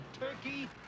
turkey